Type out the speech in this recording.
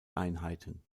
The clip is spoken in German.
einheiten